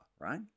right